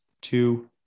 two